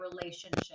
relationship